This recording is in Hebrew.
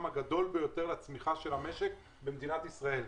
הגדול ביותר לצמיחה של המשק במדינת ישראל.